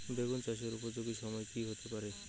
বেগুন চাষের উপযোগী সময় কি হতে পারে?